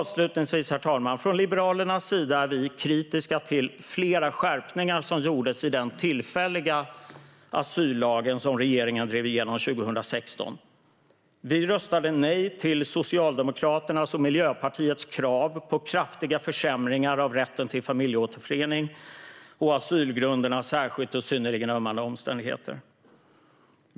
Avslutningsvis: Från Liberalernas sida är vi kritiska till flera skärpningar som gjordes i den tillfälliga asyllag som regeringen drev igenom 2016. Vi röstade nej till Socialdemokraternas och Miljöpartiets krav på kraftiga försämringar av rätten till familjeåterförening och till asylgrunderna särskilt och synnerligen ömmande omständigheter.